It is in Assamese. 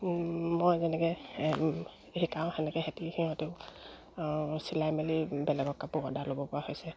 মই যেনেকে শিকাও সেনেকে সেহেঁতি সিহঁতেও চিলাই মেলি বেলেগৰ কাপোৰ অৰ্ডাৰ ল'ব পৰা হৈছে